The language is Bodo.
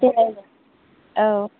दे औ